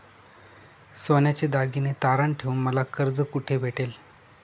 सोन्याचे दागिने तारण ठेवून मला कर्ज कुठे भेटेल?